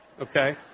Okay